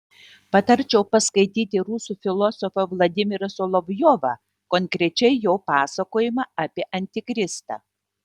patarčiau paskaityti rusų filosofą vladimirą solovjovą konkrečiai jo pasakojimą apie antikristą